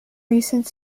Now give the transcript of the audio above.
recent